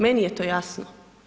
Meni je to jasno.